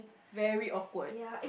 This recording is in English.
very awkward